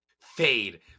fade